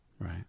right